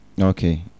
okay